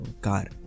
car